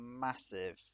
massive